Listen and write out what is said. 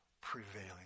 prevailing